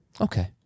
Okay